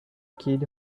kid